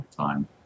time